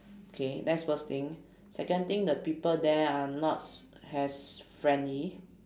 okay that's first thing second thing the people there are not s~ as friendly